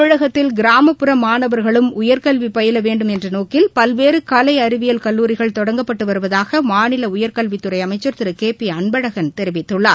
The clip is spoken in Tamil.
தமிழகத்தில் கிராமப்புற மாணவர்களும் உயர்கல்விபயிலவேண்டும் என்றநோக்கில் பல்வேறுகவைஅறிவியல் கல்லூரிகள் தொடங்கப்பட்டுவருவதாகமாநிலஉயர்கல்வித் துறைஅமைச்சர் திருகேபிஅன்பழகன் தெரிவித்துள்ளார்